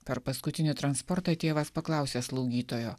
per paskutinį transportą tėvas paklausė slaugytojo